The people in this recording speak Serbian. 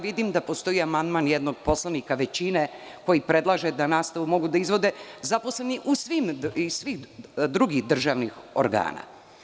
Vidim da postoji amandman jednog poslanika većine, koji predlaže da nastavu mogu da izvode zaposleni iz svih drugih državnih organa.